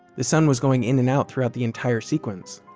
the sun was going in and out throughout the entire sequence